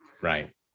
right